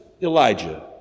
Elijah